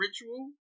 ritual